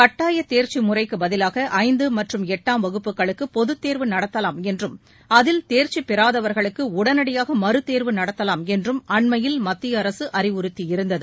கட்டாய தேர்ச்சி முறைக்கு பதிவாக ஐந்து மற்றும் எட்டாம் வகுப்புகளுக்கு பொதுத்தேர்வு நடத்தலாம் என்றும் அதில் தேர்ச்சி பெறாதவர்களுக்கு உடனடியாக மறுத்தேர்வு நடத்தலாம் என்றும் அண்மையில் மத்திய அரசு அறிவுறுத்தியிருந்தது